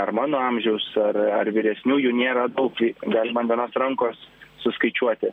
ar mano amžiaus ar ar vyresnių jų nėra daug tai galima ant vienos rankos suskaičiuoti